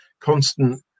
constant